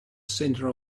center